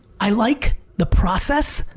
i like the process.